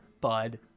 bud